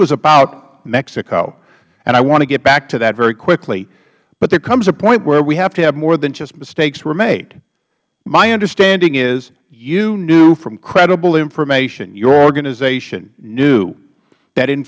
was about mexico and i want to get back to that very quicklyh but there comes a point where we have to have more than just mistakes were made my understanding is you knew from credible information